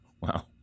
Wow